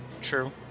True